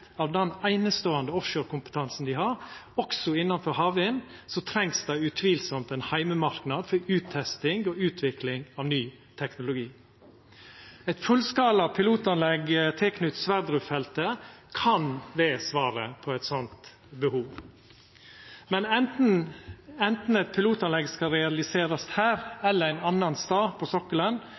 av den eineståande offshore-kompetansen dei har, også innanfor havvind, trengst det utvilsamt ein heimemarknad for uttesting og utvikling av ny teknologi. Eit fullskala pilotanlegg tilknytt Johan Sverdrup-feltet kan vera svaret på eit sånt behov. Men enten eit pilotanlegg skal realiserast her eller ein annan stad på sokkelen,